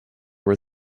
were